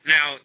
Now